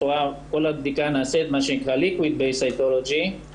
כל הבדיקה נעשית מה שנקרה ב-liquid based cytology,